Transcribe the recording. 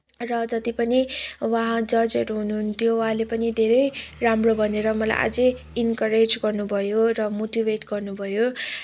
र जति पनि उहाँ जजहरू हुनुहुन्थ्यो उहाँले पनि धेरै राम्रो भनेर मलाई अझै इन्करेज गर्नुभयो र मोटिभेट गर्नुभयो